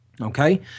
Okay